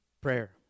Prayer